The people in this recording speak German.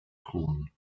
thron